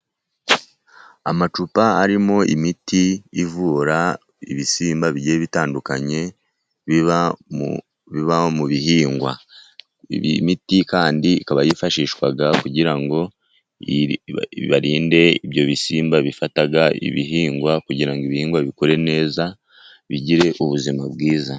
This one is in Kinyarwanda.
Amacupa arimo imiti ivura ibisimba bigiye bitandukanye biba mu bihingwa, imiti kandi ikaba yifashishwa kugira ngo barinde ibyo bisimba bifata ibihingwa kugira ngo, ibihingwa bikure neza bigire ubuzima bwiza.